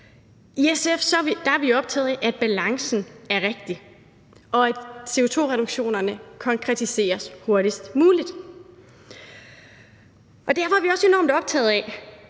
I SF er vi optaget af, at balancen er rigtig, og at CO2-reduktionerne konkretiseres hurtigst muligt. Derfor er vi også enormt optaget af,